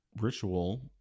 ritual